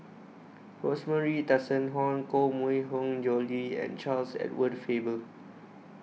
Rosemary Tessensohn Koh Mui Hiang Julie and Charles Edward Faber